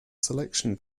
selection